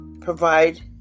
provide